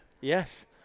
Yes